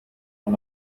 над